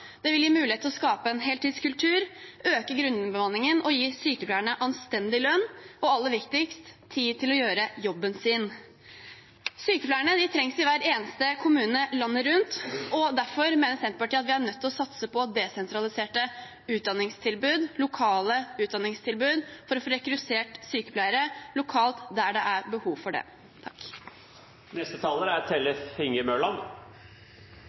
Det vil gi en mulighet til å skape en heltidskultur, øke grunnbemanningen og gi sykepleierne en anstendig lønn og, aller viktigst, tid til å gjøre jobben sin. Sykepleierne trengs i hver eneste kommune landet rundt, og derfor mener Senterpartiet at vi er nødt til å satse på desentraliserte utdanningstilbud, lokale utdanningstilbud, for å få rekruttert sykepleiere lokalt, der det er behov for det.